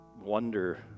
wonder